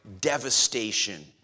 devastation